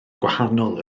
gwahanol